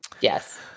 Yes